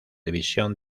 división